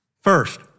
First